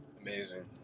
Amazing